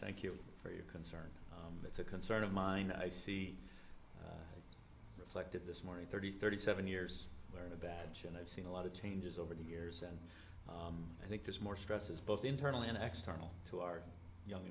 thank you for your concern that's a concern of mine that i see reflected this morning thirty thirty seven years of baggage and i've seen a lot of changes over the years and i think there's more stresses both internal and external to our young